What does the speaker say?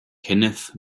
kenneth